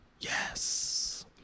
Yes